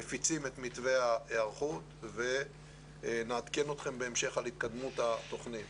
מפיצים את מתווה ההיערכות ונעדכן אתכם בהמשך על התקדמות התוכנית.